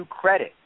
credit